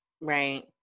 right